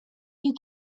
you